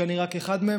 שאני רק אחד מהם,